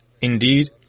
Indeed